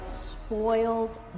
spoiled